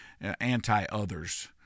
anti-others